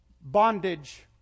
bondage